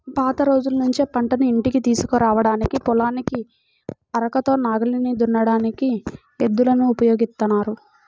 పాత రోజుల్నుంచే పంటను ఇంటికి తీసుకురాడానికి, పొలాన్ని అరకతో నాగలి దున్నడానికి ఎద్దులను ఉపయోగిత్తన్నారు